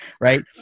Right